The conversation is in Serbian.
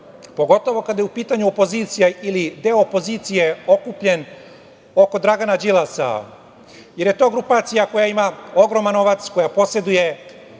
pogotovo kada je u pitanju opozicija ili deo opozicije okupljen oko Dragana Đilasa, jer je to grupacija koja ima ogroman novac, koja poseduje